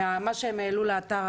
מה שהם העלו לאתר,